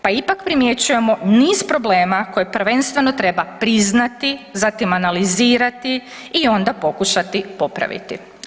Pa ipak primjećujemo niz problema koji prvenstveno treba priznati, zatim analizirati i onda pokušati popraviti.